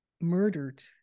murdered